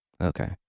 Okay